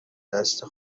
دسته